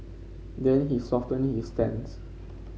then he softened his stance